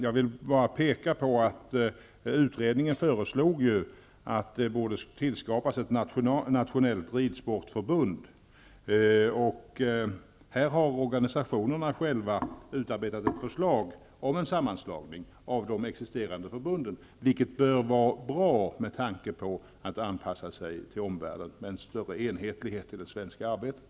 Jag vill peka på att utredningen har föreslagit att ett nationellt ridsportförbund borde tillskapas. Här har organisationerna själva utarbetat ett förslag om en sammanslagning av de existerande förbunden, vilket bör vara bra med tanke på en anpassning till omvärlden och en större enhetlighet i det svenska arbetet.